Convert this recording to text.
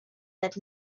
that